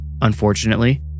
Unfortunately